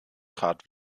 trat